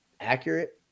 accurate